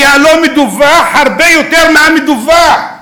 כי הלא-מדווח הוא הרבה יותר מהמדווח.